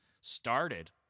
Started